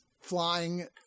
flying